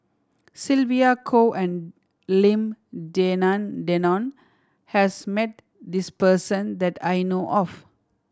Sylvia Kho and Lim Denan Denon has met this person that I know of